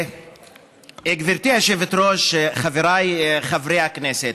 גברתי היושבת-ראש, חבריי חברי הכנסת,